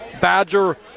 Badger